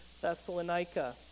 Thessalonica